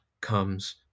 comes